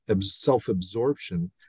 self-absorption